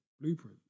Blueprint